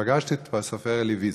שפגשתי את הסופר אלי ויזל,